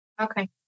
Okay